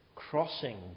Crossing